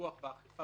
הפרות